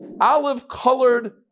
olive-colored